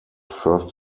first